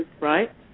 right